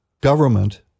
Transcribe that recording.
government